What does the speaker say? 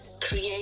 create